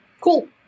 cool